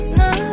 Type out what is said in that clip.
no